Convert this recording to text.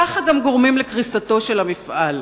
יופי של עסקה פיננסית.